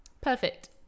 Perfect